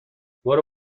برو